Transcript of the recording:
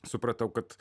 supratau kad